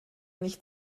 nicht